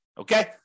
Okay